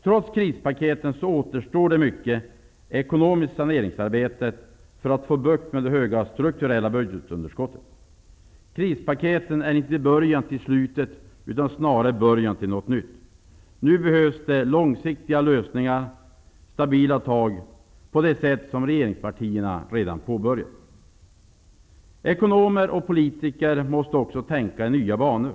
Trots krispaketen återstår det mycket ekonomiskt saneringsarbete för att få bukt med det höga strukturella budgetunderskottet. Krispaketen är inte början till slutet utan snarare början till något nytt. Nu behövs långsiktiga lösningar och stabila tag på det sätt som regeringspartierna redan har påbörjat. Ekonomer och politiker måste också tänka i nya banor.